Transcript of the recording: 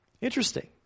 Interesting